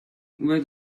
were